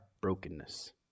brokenness